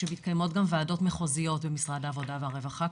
כשמתקיימות גם וועדות מחוזיות במשרד העבודה והרווחה,